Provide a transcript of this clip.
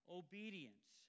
obedience